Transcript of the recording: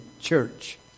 church